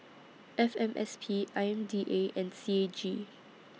F M S P I M D A and C A G